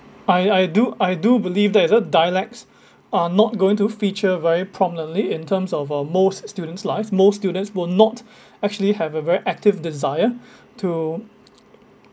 I I do I do believe that uh dialects are not going to feature very prominently in terms of uh most students life most students will not actually have a very active desire to